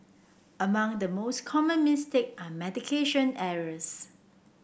among the most common mistake are medication errors